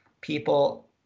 people